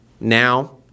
now